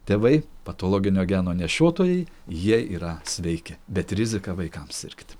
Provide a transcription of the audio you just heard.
tėvai patologinio geno nešiotojai jie yra sveiki bet rizika vaikams sirgti